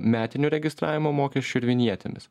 metiniu registravimo mokesčiu ir vinjetėmis